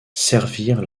servir